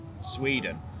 sweden